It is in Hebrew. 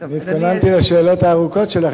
התכוננתי לשאלות הארוכות שלך,